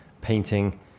painting